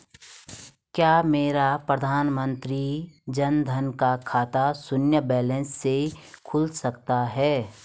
क्या मेरा प्रधानमंत्री जन धन का खाता शून्य बैलेंस से खुल सकता है?